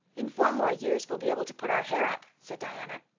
in four more years we'll be able to put our hair up, said diana.